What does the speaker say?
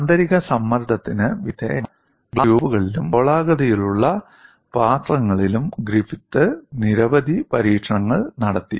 ആന്തരിക സമ്മർദ്ദത്തിന് വിധേയമായ ഗ്ലാസ് ട്യൂബുകളിലും ഗോളാകൃതിയിലുള്ള പാത്രങ്ങളിലും ഗ്രിഫിത്ത് നിരവധി പരീക്ഷണങ്ങൾ നടത്തി